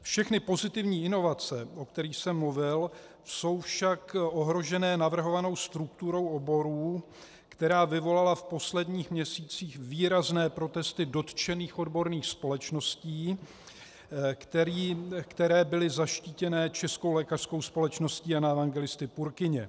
Všechny pozitivní inovace, o kterých jsem mluvil, jsou však ohroženy navrhovanou strukturou oborů, která vyvolala v posledních měsících výrazné protesty dotčených odborných společností, které byly zaštítěny Českou lékařskou společností Jana Evangelisty Purkyně.